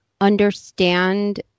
understand